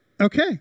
okay